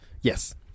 yes